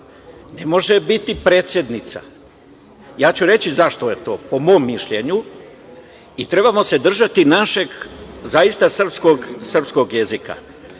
Ne može biti predsednica. Ja ću reći zašto je to, po mom mišljenju i trebamo se držati našeg zaista srpskog jezika.